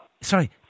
Sorry